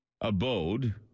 abode